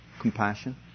Compassion